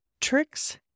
tricks